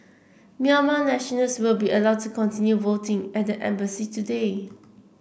Myanmar nationals will be allowed to continue voting at the embassy today